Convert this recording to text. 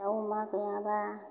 दाव अमा गैयाबा